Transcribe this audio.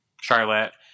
Charlotte